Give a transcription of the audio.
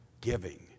giving